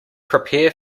prepare